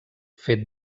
fet